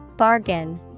Bargain